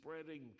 spreading